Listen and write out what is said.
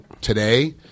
today